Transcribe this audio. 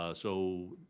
ah so,